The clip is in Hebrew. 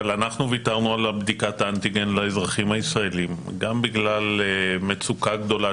אבל ויתרנו על בדיקת האנטיגן לאזרחים הישראלים גם בגלל מצוקה גדולה